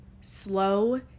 slow